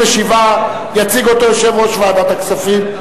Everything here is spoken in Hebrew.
67). יציג את הצעת החוק יושב-ראש ועדת הכספים.